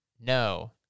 No